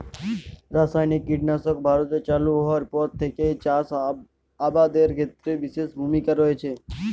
রাসায়নিক কীটনাশক ভারতে চালু হওয়ার পর থেকেই চাষ আবাদের ক্ষেত্রে বিশেষ ভূমিকা রেখেছে